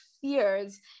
fears